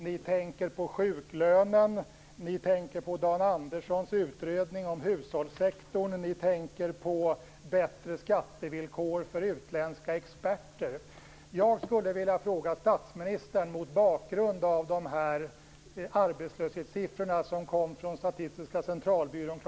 Ni tänker på sjuklönen. Ni tänker på Dan Anderssons utredning om hushållssektorn. Ni tänker på bättre skattevillkor för utländska experter. Jag skulle mot bakgrund av de arbetslöshetssiffror som kom från Statistiska centralbyrån kl.